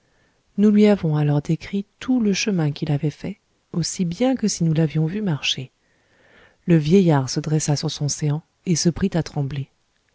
nous lui avons alors décrit tout le chemin qu'il avait fait aussi bien que si nous l'avions vu marcher le vieillard se dressa sur son séant et se prit à trembler